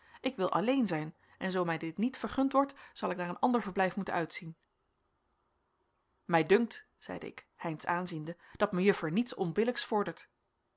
ik wil alleen zijn en zoo mij dit niet vergund wordt zal ik naar een ander verblijf moeten uitzien mij dunkt zeide ik heynsz aanziende dat mejuffer niets onbillijks vordert